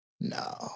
No